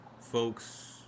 folks